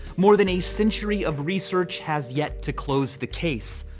more than a century of research has yet to close the case.